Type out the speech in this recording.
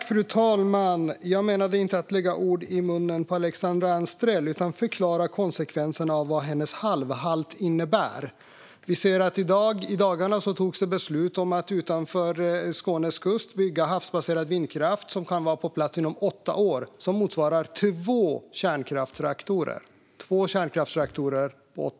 Fru talman! Jag menade inte att lägga ord i munnen på Alexandra Anstrell utan ville förklara konsekvenserna av vad hennes halvhalt innebär. I dagarna togs det beslut om att utanför Skånes kust bygga havsbaserad vindkraft som kan vara på plats inom åtta år och som motsvarar två kärnkraftsreaktorer.